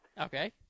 Okay